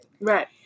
Right